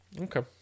okay